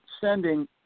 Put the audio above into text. sending